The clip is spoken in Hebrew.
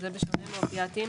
שזה בשונה מאופיאטים,